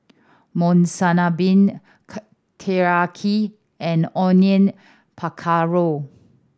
Monsunabe Teriyaki and Onion Pakora